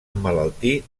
emmalaltir